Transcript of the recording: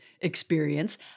experience –